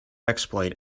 exploit